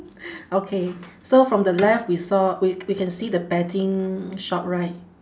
okay so from the left we saw we c~ we can see the betting shop right